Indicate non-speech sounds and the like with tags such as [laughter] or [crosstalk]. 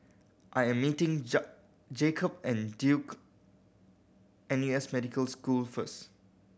I am meeting [unintelligible] Jakob at Duke N U S Medical School first